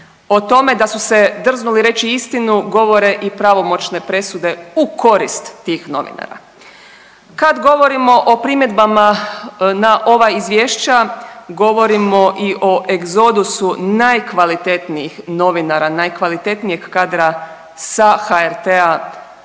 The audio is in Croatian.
O tome da su se drznuli reći istinu govore i pravomoćne presude u korist tih novinara. Kad govorimo o primjedbama na ova izvješća govorimo i o egzodusu najkvalitetnijih novinara, najkvalitetnijeg kadra sa HRT-a,